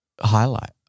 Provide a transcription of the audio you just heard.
highlight